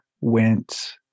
went